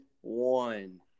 one